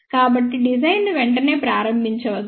కాబట్టి డిజైన్ను వెంటనే ప్రారంభించవద్దు